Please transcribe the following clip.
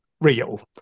real